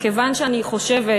מכיוון שאני חושבת